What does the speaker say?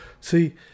See